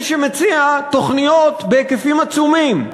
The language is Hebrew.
מי שמציע תוכניות בהיקפים עצומים.